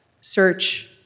search